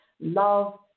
love